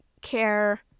care